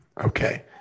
Okay